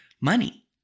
money